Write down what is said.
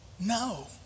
No